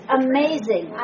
amazing